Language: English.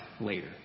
later